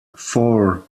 four